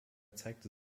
zeigte